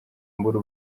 mbura